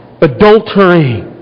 adultery